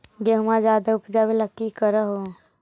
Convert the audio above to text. गेहुमा ज्यादा उपजाबे ला की कर हो?